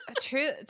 True